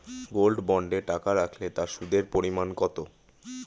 Gold বন্ডে টাকা রাখলে তা সুদের পরিমাণ কত?